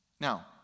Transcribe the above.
Now